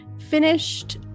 finished